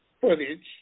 footage